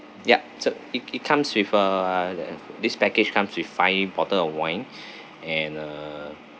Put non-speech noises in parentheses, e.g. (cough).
ya so it it comes with a (noise) this package comes with five bottle of wine (breath) and uh